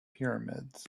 pyramids